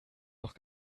noch